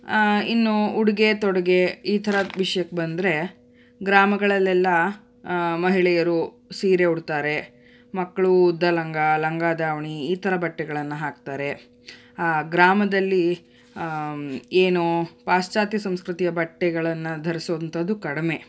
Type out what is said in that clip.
ಇನ್ನು ಉಡುಗೆ ತೊಡುಗೆ ಈ ಥರ ವಿಷ್ಯಕ್ಕೆ ಬಂದ್ರೆ ಗ್ರಾಮಗಳಲ್ಲೆಲ್ಲ ಮಹಿಳೆಯರು ಸೀರೆ ಉಡ್ತಾರೆ ಮಕ್ಕಳು ಉದ್ದ ಲಂಗ ಲಂಗ ದಾವಣಿ ಈ ಥರ ಬಟ್ಟೆಗಳನ್ನು ಹಾಕ್ತಾರೆ ಗ್ರಾಮದಲ್ಲಿ ಏನು ಪಾಶ್ಚಾತ್ಯ ಸಂಸ್ಕೃತಿಯ ಬಟ್ಟೆಗಳನ್ನು ಧರಿಸುವಂಥದ್ದು ಕಡಿಮೆ